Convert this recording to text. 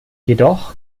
jedoch